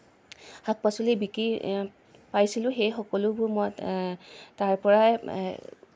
শাক পাচলি বিকি পাইছিলোঁ সেই সকলোবোৰ মই তাৰ পৰাই